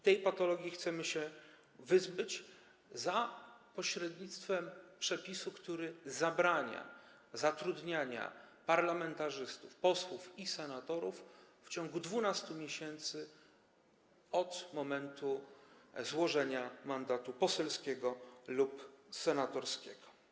Tej patologii chcemy się pozbyć za pośrednictwem przepisu, który zabrania zatrudniania parlamentarzystów, posłów i senatorów, w ciągu 12 miesięcy następujących po złożeniu mandatu poselskiego lub senatorskiego.